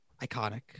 iconic